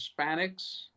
Hispanics